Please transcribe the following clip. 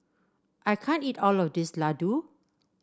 I can't eat all of this Ladoo